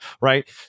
right